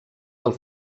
del